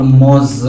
moz